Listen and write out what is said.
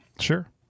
Sure